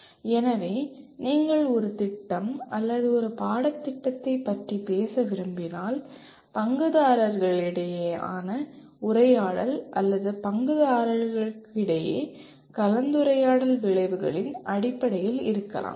எனவே நீங்கள் ஒரு திட்டம் அல்லது ஒரு பாடத்திட்டத்தைப் பற்றி பேச விரும்பினால் பங்குதாரர்களிடையேயான உரையாடல் அல்லது பங்குதாரர்களிடையே கலந்துரையாடல் விளைவுகளின் அடிப்படையில் இருக்கலாம்